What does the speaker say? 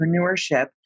entrepreneurship